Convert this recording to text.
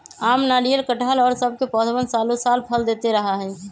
आम, नारियल, कटहल और सब के पौधवन सालो साल फल देते रहा हई